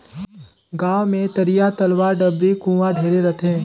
गांव मे तरिया, तलवा, डबरी, कुआँ ढेरे रथें